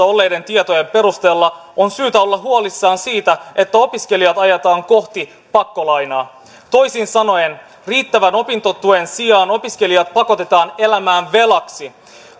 olleiden tietojen perusteella on syytä olla huolissaan siitä että opiskelijat ajetaan kohti pakkolainaa toisin sanoen riittävän opintotuen sijaan opiskelijat pakotetaan elämään velaksi